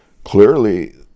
Clearly